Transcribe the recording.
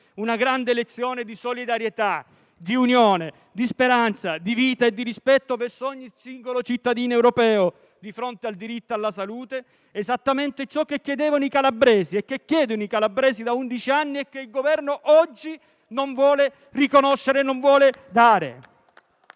una grande lezione di solidarietà, unione, speranza, vita e rispetto verso ogni singolo cittadino europeo di fronte al diritto alla salute: esattamente ciò che i calabresi chiedono da undici anni e che il Governo oggi non vuole riconoscere e dare.